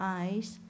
eyes